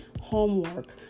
homework